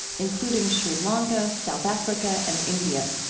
including sri lanka, south africa, and india.